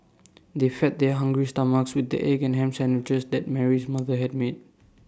they fed their hungry stomachs with the egg and Ham Sandwiches that Mary's mother had made